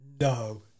No